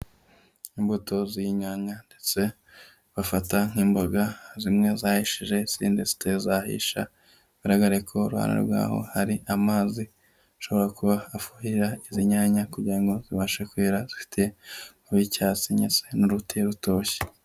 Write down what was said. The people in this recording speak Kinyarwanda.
Imbuto z'inyanya ndetse bafata nk'imboga zimwe zahishije izindi zitari zahisha bigaragare ko uruhande rwaho hari amazi ashobora kuba afumbira izi nyanya kugirango ngo zibashe kwera zifite amababi y'icyatsi ndetse n'uruti rutoshye.